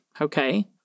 Okay